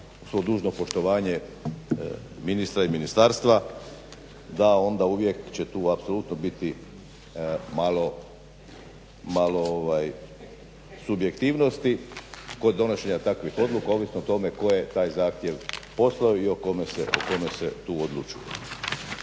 svo dužno poštovanje ministra i ministarstva, da onda uvijek će tu apsolutno biti malo subjektivnosti kod donošenja takvih odluka, ovisno o tome tko je taj zahtjev poslao i o kome se tu odlučuje.